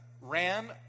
ran